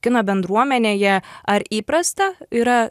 kino bendruomenėje ar įprasta yra